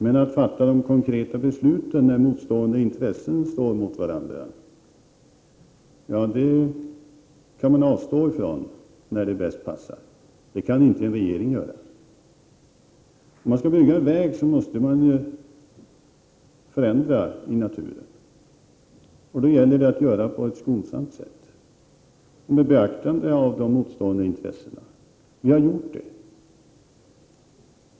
Men att fatta de konkreta besluten när motstridiga intressen står emot varandra kan man avstå från när det bäst passar! Det kan inte en regering göra. Om man skall bygga en väg måste man förändra i naturen. Då gäller det att göra det på ett skonsamt sätt och med beaktande av de motstående intressena. Vi har gjort det.